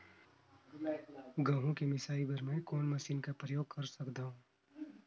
गहूं के मिसाई बर मै कोन मशीन कर प्रयोग कर सकधव?